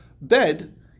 bed